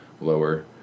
Lower